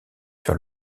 sur